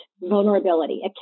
vulnerability